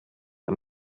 ein